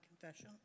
confession